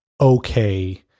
okay